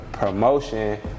promotion